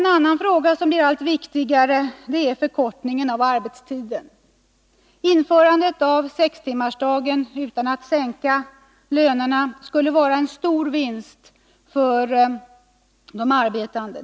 En annan fråga som blir allt viktigare är kravet på en förkortning av arbetstiden. Införande av sextimmarsdag utan sänkta löner skulle vara en stor vinst för de arbetande.